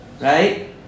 right